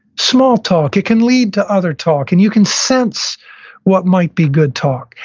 small talk, it can lead to other talk, and you can sense what might be good talk.